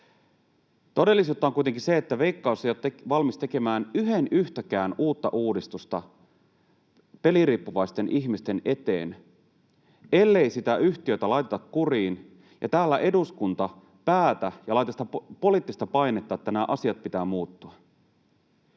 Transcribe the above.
Todellisuutta on kuitenkin se, että Veikkaus ei ole valmis tekemään yhden yhtäkään uutta uudistusta peliriippuvaisten ihmisten eteen, ellei sitä yhtiötä laiteta kuriin ja täällä eduskunta päätä ja laita sitä poliittista painetta, että näiden asioiden pitää muuttua.